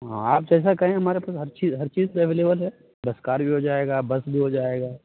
ہاں آپ جیسا کہیں ہمارے پاس ہر چی ہر چیز اویلیبل ہے دس کار بھی ہو جائے گا بس بھی ہو جائے گا